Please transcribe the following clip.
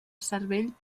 cervell